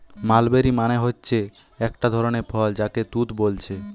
mulberry মানে হচ্ছে একটা ধরণের ফল যাকে তুত বোলছে